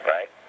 Right